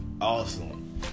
Awesome